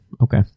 okay